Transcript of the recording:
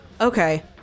Okay